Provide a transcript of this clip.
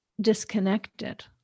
disconnected